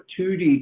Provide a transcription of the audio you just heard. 2D